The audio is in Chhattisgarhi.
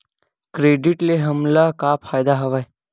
क्रेडिट ले हमन ला का फ़ायदा हवय?